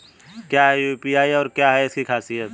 क्या है यू.पी.आई और क्या है इसकी खासियत?